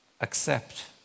accept